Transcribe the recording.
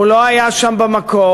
הוא לא היה שם במקור,